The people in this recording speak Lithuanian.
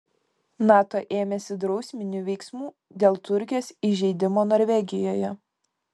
nato ėmėsi drausminių veiksmų dėl turkijos įžeidimo norvegijoje